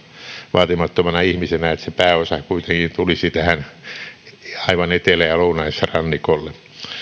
vaatimattomana ihmisenä että se pääosa kuitenkin tulisi tähän aivan etelä ja lounaisrannikolle